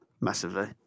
massively